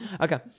Okay